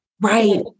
Right